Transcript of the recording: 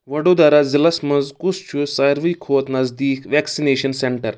وَڈودرٛا ضلعس مَنٛز کُس چھُ ساروِی کھۄتہٕ نزدیٖک ویکسِنیشن سینٹر